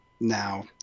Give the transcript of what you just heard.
now